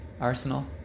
arsenal